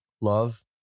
love